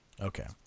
Okay